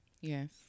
Yes